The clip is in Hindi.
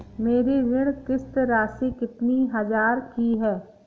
मेरी ऋण किश्त राशि कितनी हजार की है?